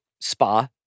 spa